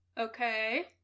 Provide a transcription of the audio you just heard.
okay